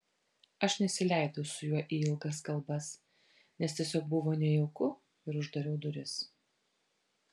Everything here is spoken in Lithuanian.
aš nesileidau su juo į ilgas kalbas nes tiesiog buvo nejauku ir uždariau duris